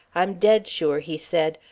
i'm dead sure, he said.